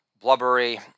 blubbery